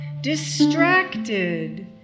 distracted